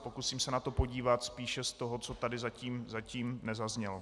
Pokusím se na to podívat spíše z toho, co tady zatím nezaznělo.